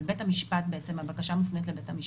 זה בית המשפט בעצם, הבקשה מופנית לבית המשפט.